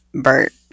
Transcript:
Bert